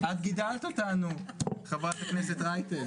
את גידלת אותנו, חברת הכנסת רייטן.